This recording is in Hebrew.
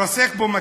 התרסק במטוס.